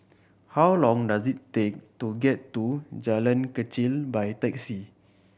how long does it take to get to Jalan Kechil by taxi